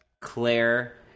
Claire